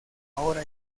hora